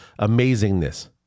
amazingness